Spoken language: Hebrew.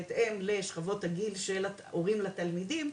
בהתאם לשכבות הגיל להורים לתלמידים,